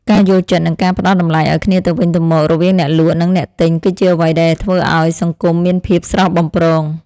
ការយល់ចិត្តនិងការផ្ដល់តម្លៃឱ្យគ្នាទៅវិញទៅមករវាងអ្នកលក់និងអ្នកទិញគឺជាអ្វីដែលធ្វើឱ្យសង្គមមានភាពស្រស់បំព្រង។